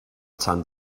tan